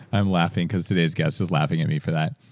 i'm laughing, because today's guest is laughing at me for that.